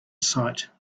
sight